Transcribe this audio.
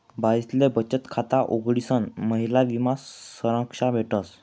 बाईसले बचत खाता उघडीसन महिला विमा संरक्षा भेटस